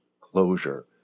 closure